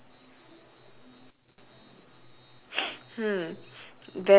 that one is it like yours also on the left one is got a ribbon on it